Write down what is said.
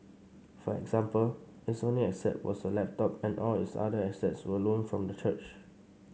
for example its only asset was a laptop and all its other assets were loaned from the church